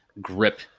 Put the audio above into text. grip